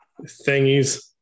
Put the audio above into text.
Thingies